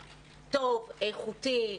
טוב, איכותי.